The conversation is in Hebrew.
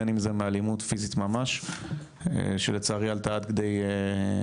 בין אם זה מאלימות פיזית ממש שלצערי עלתה עד כדי רצח